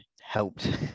helped